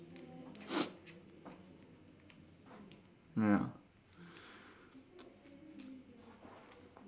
ya